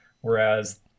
whereas